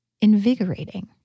invigorating